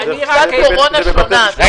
לא.